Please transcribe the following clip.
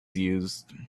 used